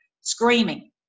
screaming